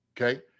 okay